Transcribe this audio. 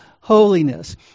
holiness